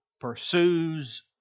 pursues